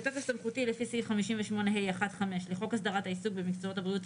בתוקף סמכותי לפי סעיף 58(ה1)(5) לחוק הסדרת העיסוק במקצועות הבריאות,